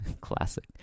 Classic